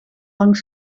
lang